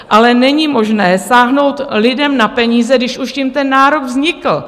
Ale není možné sáhnout lidem na peníze, když už tím ten nárok vznikl.